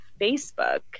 Facebook